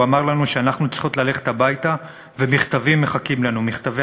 אמר לנו שאנחנו צריכות ללכת הביתה ומכתבי השעיה